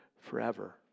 forever